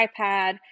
iPad